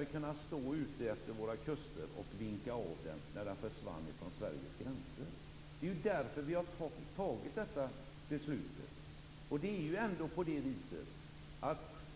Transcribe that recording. vi kunnat stå utefter våra kuster och vinkat av den svenska handelssjöfarten när den försvann från Sveriges gränser. Det är därför vi har fattat detta beslut.